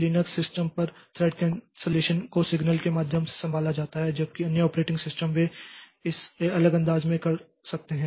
links system पर thread cancellation को signal के माध्यम से संभाला जाता है जबकि अन्य ऑपरेटिंग सिस्टम वे इसे अलग अंदाज़ में कर सकते हैं